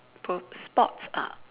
p~ sports ah